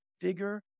figure